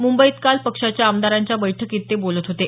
मुंबईत काल पक्षाच्या आमदारांच्या बैठकीत ते बोलत होते